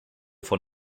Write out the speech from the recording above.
von